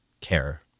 care